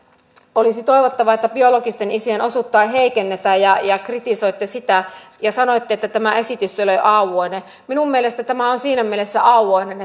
olisi toivottavaa että biologisten isien osuutta ei heikennetä ja ja kritisoitte sitä ja sanoitte että tämä esitys ei ole auvoinen minun mielestäni tämä on siinä mielessä auvoinen